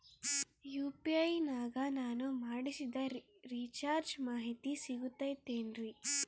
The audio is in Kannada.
ಯು.ಪಿ.ಐ ನಾಗ ನಾನು ಮಾಡಿಸಿದ ರಿಚಾರ್ಜ್ ಮಾಹಿತಿ ಸಿಗುತೈತೇನ್ರಿ?